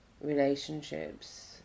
relationships